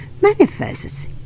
manifests